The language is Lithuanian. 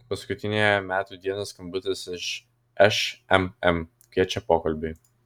paskutiniąją metų dieną skambutis iš šmm kviečia pokalbiui